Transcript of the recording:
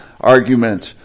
argument